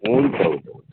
हुन्छ हुन्छ हुन्छ